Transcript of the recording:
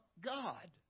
god